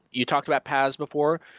you talked about paz before,